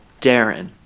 Darren